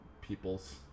peoples